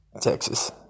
Texas